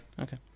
Okay